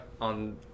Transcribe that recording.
on